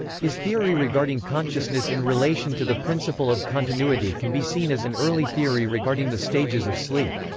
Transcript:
his theory regarding consciousness in relation to the principle of continuity can be seen as an early theory regarding the stages of sleep.